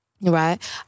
right